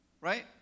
Right